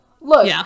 Look